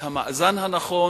את המאזן הנכון,